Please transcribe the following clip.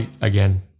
again